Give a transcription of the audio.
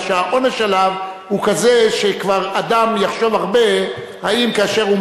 אלא שהעונש עליו הוא כזה שאדם כבר יחשוב הרבה אם כאשר הוא